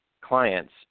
clients